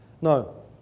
No